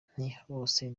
ntihabose